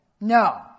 No